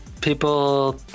people